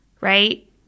right